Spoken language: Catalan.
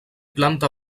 planta